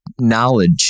knowledge